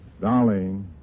Darling